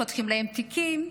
פותחים לכם תיקים,